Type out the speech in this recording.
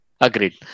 agreed